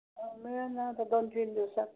हां मिळेन ना आता दोन तीन दिवसात